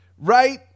right